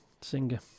singer